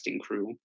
crew